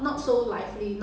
why